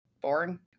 boring